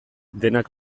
denak